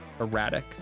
Erratic